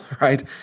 right